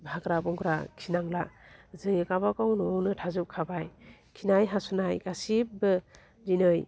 हाग्रा बंग्रा खिनांला जि गावबा गाव न'आवनो थाजोब खाबाय खिनाय हासुनाय गासिब्बो दिनै